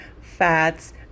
fats